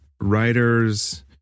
writers